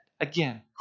again